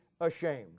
ashamed